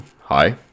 hi